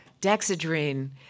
dexedrine